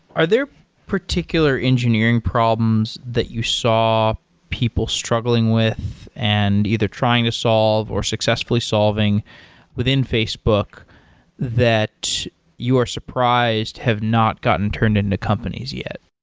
are there particular engineering problems that you saw people struggling with and either trying to solve, or successfully solving within facebook that you are surprised have not gotten turned into companies yet?